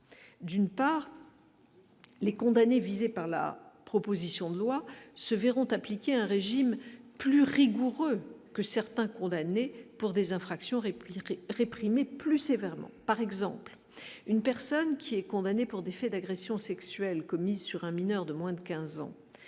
d'une part les condamnés visés par la proposition de loi se verront ont appliqué un régime plus rigoureuse que certains condamnés pour des infractions répliqué réprimer plus sévèrement par exemple une personne qui est condamné pour des faits d'agressions sexuelles commises sur un mineur de moins de 15 ans